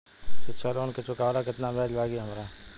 शिक्षा लोन के चुकावेला केतना ब्याज लागि हमरा?